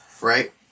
right